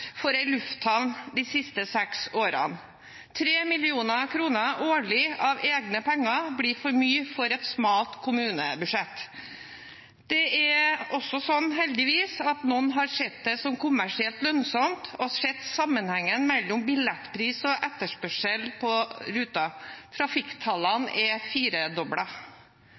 for lufthavnen de siste seks årene. 3 mill. kr årlig av egne penger blir for mye for et smalt kommunebudsjett. Det er også sånn, heldigvis, at noen har sett det som kommersielt lønnsomt og sett sammenhengen mellom billettpris og etterspørsel på ruten. Trafikktallene er